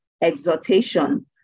exhortation